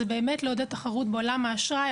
זה לעודד תחרות בעולם האשראי.